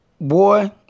boy